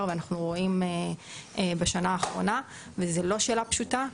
ואנחנו רואים בשנה האחרונה וזו לא שאלה פשוטה,